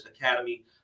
Academy